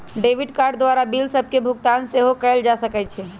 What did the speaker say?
debit card द्वारा bill सभके भुगतान सेहो कएल जा सकइ छै